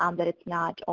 um that it's not only,